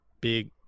Big